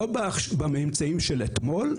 לא בממצאים של אתמול,